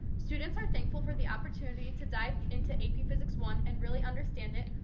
students are thankful for the opportunity to dive into ap physics one and really understand it,